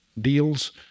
deals